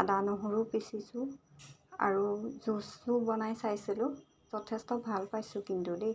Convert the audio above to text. আদা নহৰু পিচিছোঁ আৰু জুচো বনাই চাইছিলোঁ যথেষ্ট ভাল পাইছোঁ কিন্তু দেই